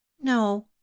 No